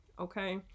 Okay